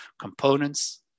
components